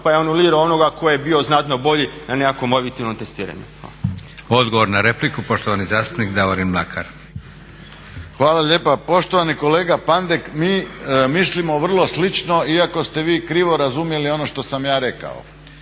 pa je anulirao onoga tko je bio znatno bolji na nekakvom objektivnom testiranju. Hvala. **Leko, Josip (SDP)** Odgovor na repliku, poštovani zastupnik Davorin Mlakar. **Mlakar, Davorin (HDZ)** Hvala lijepa. Poštovani kolega Pandek, mi mislimo vrlo slično iako ste vi krivo razumjeli ono što sam ja rekao.